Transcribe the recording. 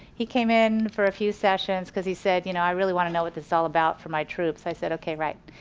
he came in for a few sessions cause he said you know i really want to know what this is all about for my troops. i said okay, right,